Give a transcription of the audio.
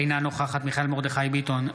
אינה נוכחת מיכאל מרדכי ביטון,